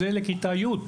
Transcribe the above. זה ספר לכיתה י׳,